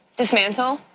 dismantle.